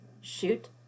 shoot